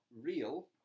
real